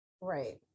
Right